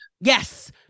Yes